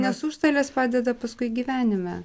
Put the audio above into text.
nes užstalės padeda paskui gyvenime